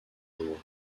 jour